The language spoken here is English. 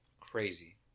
crazy